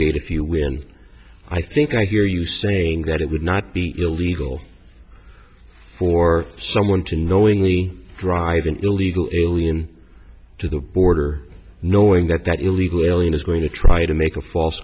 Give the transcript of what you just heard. win i think i hear you saying that it would not be illegal for someone to knowingly drive an illegal alien to the border knowing that that illegal alien is going to try to make a false